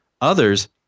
Others